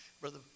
Brother